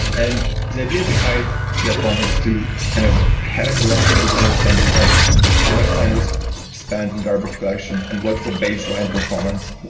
and the idea behind that one is to kind of have a rough and understanding of how much time is spent and garbage collection and what's the baseline performance,